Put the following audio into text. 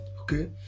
okay